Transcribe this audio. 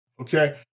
Okay